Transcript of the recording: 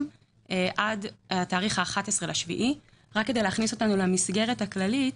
עד לתאריך 11.7. רק כדי להכניס אותנו למסגרת הכללית.